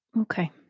okay